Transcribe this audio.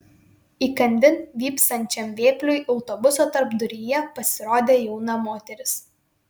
įkandin vypsančiam vėpliui autobuso tarpduryje pasirodė jauna moteris